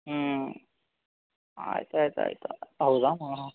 ಹ್ಞೂ ಆಯ್ತು ಆಯ್ತು ಆಯಿತಾ ಹೌದಾ ಹಾಂ ಹಂ